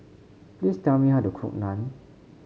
please tell me how to cook Naan